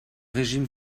régime